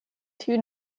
two